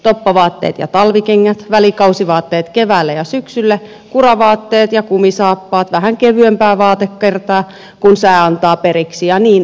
toppavaatteet ja talvikengät välikausivaatteet keväälle ja syksylle kuravaatteet ja kumisaappaat vähän kevyempää vaatekertaa kun sää antaa periksi ja niin edelleen